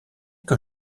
que